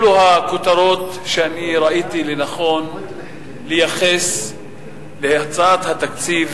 אלה הכותרות שראיתי לנכון לייחס להצעת התקציב